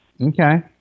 Okay